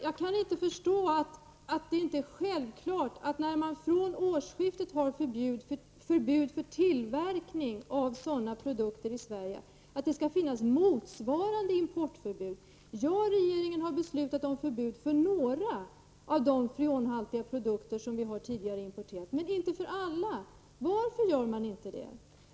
Jag kan inte förstå att det inte är självklart att ha importförbud när det i Sverige råder förbud mot tillverkning av sådana produkter. Visserligen har regeringen beslutat om förbud beträffande några av de freonhaltiga produkter som vi tidigare importerat. Men det gäller inte alla sådana produkter. Varför inte det?